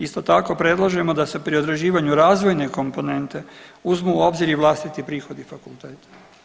Isto tako predlažemo da se pri određivanju razvojne komponente uzmu u obzir i vlastiti prihodi fakulteta.